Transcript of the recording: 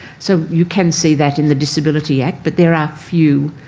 so you can see that in the disability act but there are few